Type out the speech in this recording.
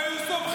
זה באותו עידן.